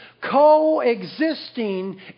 coexisting